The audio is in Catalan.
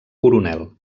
coronel